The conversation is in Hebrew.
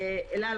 אל על,